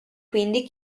quindi